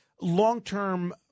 long-term